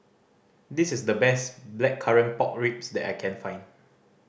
this is the best Blackcurrant Pork Ribs that I can find